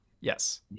Yes